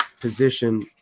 position